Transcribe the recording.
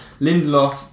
Lindelof